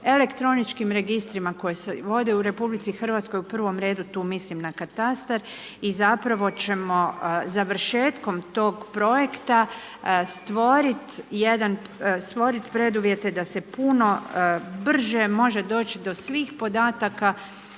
elektroničkim registrima koji se vode u RH u prvom redu tu mislim na katastar i zapravo ćemo završetkom tog projekta stvoriti jedan, stvoriti preduvjete da se puno brže može doći do svih podataka